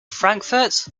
frankfurt